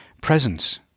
presence